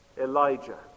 Elijah